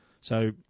So-